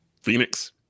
Phoenix